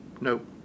Nope